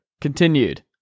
continued